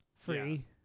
Free